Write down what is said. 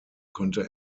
konnte